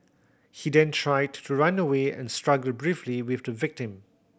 he then tried to run away and struggled briefly with the victim